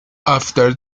after